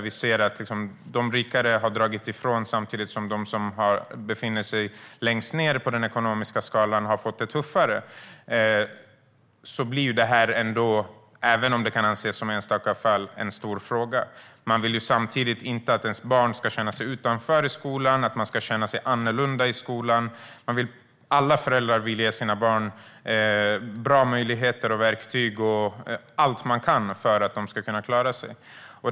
Vi ser att de rikare har dragit ifrån samtidigt som de som befinner sig längst ned på den ekonomiska skalan har fått det tuffare. Då blir detta, även om det kan anses som enstaka fall, en stor fråga. Man vill ju inte att ens barn ska känna sig utanför eller annorlunda i skolan. Alla föräldrar vill ge sina barn bra möjligheter och verktyg och allt man kan för att de ska kunna klara sig.